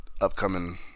upcoming